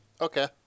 Okay